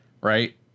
Right